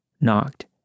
knocked